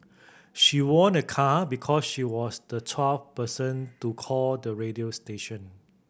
she won a car because she was the twelfth person to call the radio station